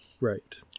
Right